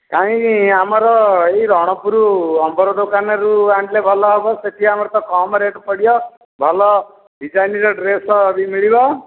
କାଇଁ ଆମର ଏଇ ରଣପୁର ଅମ୍ବର ଦୋକାନରୁ ଆଣିଲେ ଭଲ ହେବ ସେଠି ଆମର ତ କମ୍ ରେଟ୍ ପଡ଼ିବ ଭଲ ଡିଜାଇନ୍ ର ଡ୍ରେସ୍ ମିଳିବ